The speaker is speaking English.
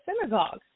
synagogue